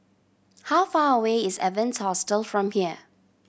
how far away is Evans Hostel from here